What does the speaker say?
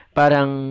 parang